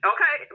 Okay